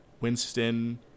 Winston